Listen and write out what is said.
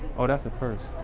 oh, that's a purse